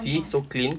see so clean